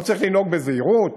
לא צריך לנהוג בזהירות?